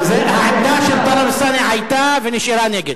העמדה של טלב אלסאנע היתה ונשארה נגד.